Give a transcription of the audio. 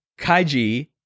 Kaiji